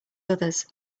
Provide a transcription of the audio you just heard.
others